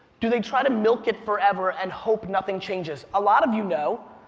do they try to milk it forever and hope nothing changes. a lot of you know,